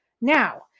now